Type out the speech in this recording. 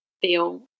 feel